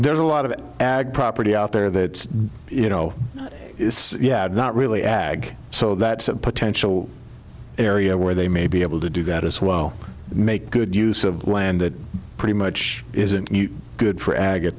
there's a lot of ag property out there that you know yeah not really ag so that potential area where they may be able to do that as well make good use of land that pretty much isn't good for a